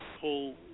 pull